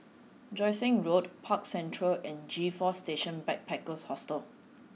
Joo Seng Road Park Central and G four Station Backpackers Hostel